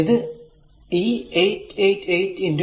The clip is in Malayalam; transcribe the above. ഇത് ഈ 888 50 a